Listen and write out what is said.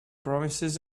promises